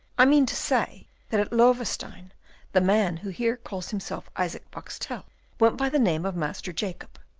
i mean to say that at loewestein the man who here calls himself isaac boxtel went by the name of master jacob.